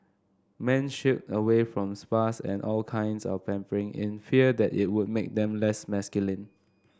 men shied away from spas and all kinds of pampering in fear that it would make them less masculine